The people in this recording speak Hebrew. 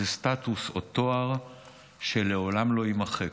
זה סטטוס או תואר שלעולם לא יימחק: